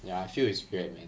ya I feel it's weird man